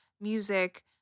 music